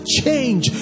change